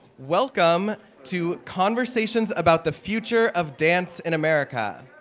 welcome to conversations about the future of dance in america.